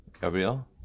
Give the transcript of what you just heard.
Gabriel